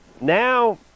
Now